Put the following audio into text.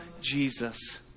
Jesus